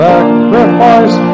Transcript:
Sacrifice